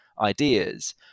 ideas